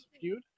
feud